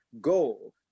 goal